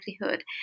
livelihood